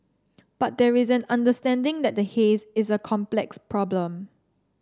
but there is an understanding that the haze is a complex problem